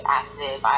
active